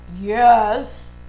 yes